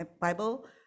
Bible